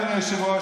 אדוני היושב-ראש,